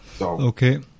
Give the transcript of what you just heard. Okay